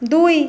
দুই